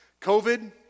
COVID